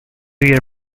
your